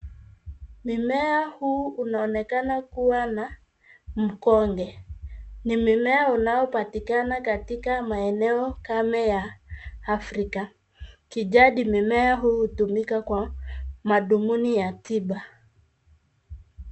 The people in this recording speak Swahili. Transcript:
Mimea huu unaonekana kuwa na mkonge ni mmea unaopatikana katika maeneo kame ya Africa kijadi mimea huu hutumika kwa madhumuni ya tiba